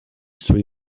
three